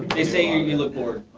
they say you look bored.